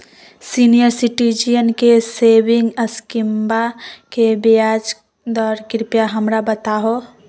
senior citizen के saving स्कीमवा के ब्याज दर कृपया हमरा बताहो